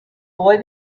boy